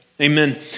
Amen